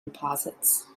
deposits